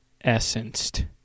essenced